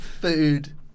food